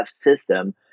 system